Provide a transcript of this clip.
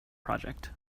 project